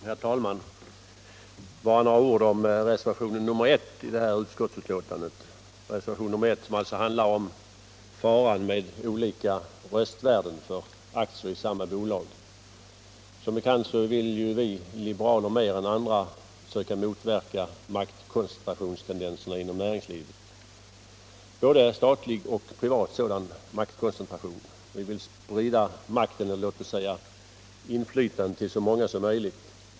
Herr talman! Bara några ord om reservationen 1 vid detta betänkande. Den handlar om faran med olika röstvärden för aktier i samma bolag. Som bekant vill vi liberaler mer än andra söka motverka både statliga och privata maktkoncentrationstendenser inom näringslivet. Vi vill spri da makt och inflytande till så många som möjligt.